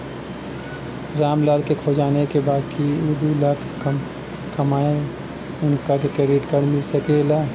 राम लाल के जाने के बा की ऊ दूलाख से कम कमायेन उनका के क्रेडिट कार्ड मिल सके ला?